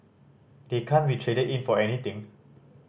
they can't be traded in for anything